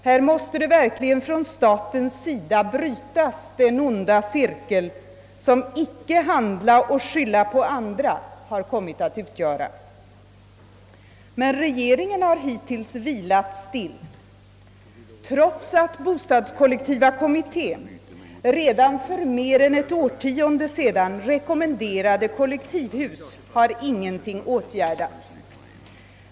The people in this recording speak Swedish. Här måste man verkligen från statens sida bryta den onda cirkeln som »icke handla och skylla på andra» kommit att utgöra. Men regeringen har hittills vilat still. Trots att bostadskollektiva kommittén redan för mer än ett årtionde sedan rekommenderade kollektivhus har ingenting gjorts härvidlag.